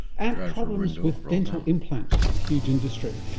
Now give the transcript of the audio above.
and problems with dental implants, a huge industry.